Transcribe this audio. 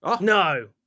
No